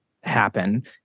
happen